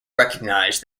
recognized